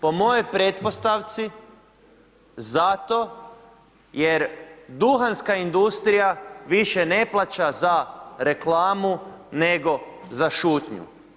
Po mojoj pretpostavci zato jer duhanska industrija više ne plaća za reklamu nego za šutnju.